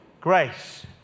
grace